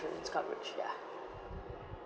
insurance coverage yeah